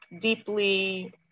deeply